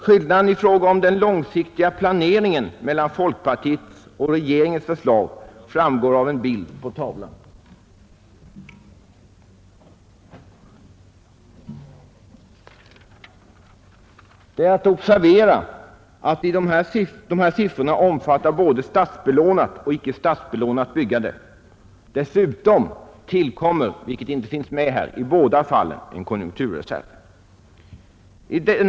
Skillnaden mellan folkpartiets och regeringens förslag i fråga om den långsiktiga planeringen framgår av den bild som jag nu visar på TV-skärmen, Det är att observera att siffrorna omfattar både statsbelånat och icke statsbelånat byggande. Dessutom tillkommer i båda fallen, vilket inte finns med på bilden, en konjunkturreserv.